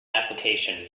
application